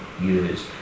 years